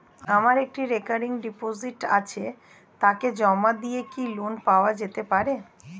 আমার একটি recurring deposit আছে তাকে জমা দিয়ে কি লোন পাওয়া যেতে পারে?